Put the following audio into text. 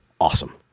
awesome